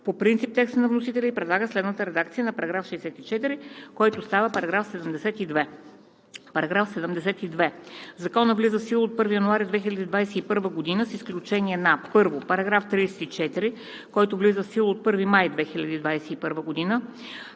по принцип текста на вносителя и предлага следната редакция на § 64, който става § 72: „§ 72. Законът влиза в сила от 1 януари 2021 г., с изключение на: 1. параграф 34, който влиза в сила от 1 май 2021 г.;